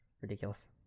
Ridiculous